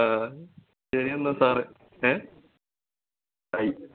ആ ശരിയെന്നാൽ സാറെ എ ഐ